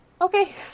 Okay